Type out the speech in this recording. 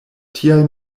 tial